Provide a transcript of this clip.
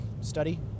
study